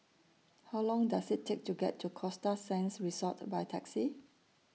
How Long Does IT Take to get to Costa Sands Resort By Taxi